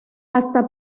hasta